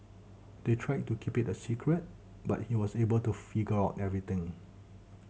they tried to keep it a secret but he was able to figure out everything